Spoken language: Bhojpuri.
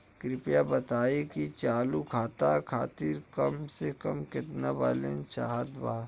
कृपया बताई कि चालू खाता खातिर कम से कम केतना बैलैंस चाहत बा